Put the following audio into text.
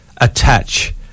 attach